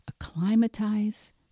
acclimatize